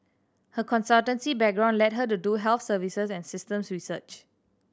her consultancy background led her to do health services and systems research